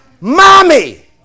mommy